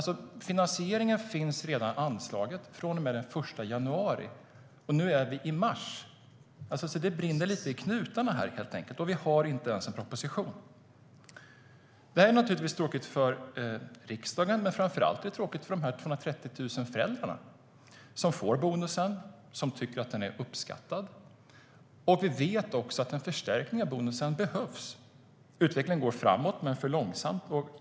Finansieringen finns anslagen från och med den 1 januari. Nu är vi i mars. Det brinner i knutarna, och vi har inte ens en proposition. Det är naturligtvis tråkigt för riksdagen, men framför allt är det tråkigt för de 230 000 föräldrar som får bonusen och som uppskattar den. Vi vet att en förstärkning av bonusen behövs. Utvecklingen går framåt men alltför långsamt.